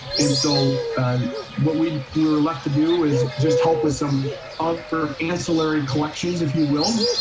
and so what we were left to do is just help with some upper ancillary collections, if you will.